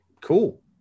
cool